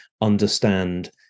understand